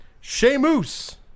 Sheamus